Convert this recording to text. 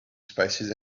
spices